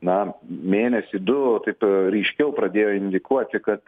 na mėnesį du taip ryškiau pradėjo indikuoti kad